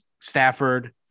Stafford